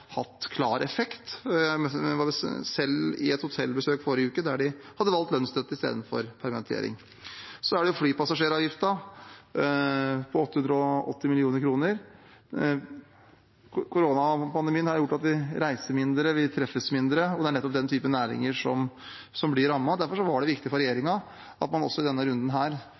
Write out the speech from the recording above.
hatt klar effekt. I forrige uke var jeg selv og besøkte et hotell der de hadde valgt lønnsstøtte istedenfor permittering. Så er det flypassasjeravgiften, på 880 mill. kr. Koronapandemien har gjort at vi reiser mindre, vi treffes mindre, og det er nettopp den typen næringer som blir rammet. Derfor var det viktig for regjeringen at man også i denne runden